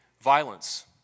violence